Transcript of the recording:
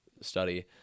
study